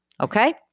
okay